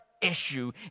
issue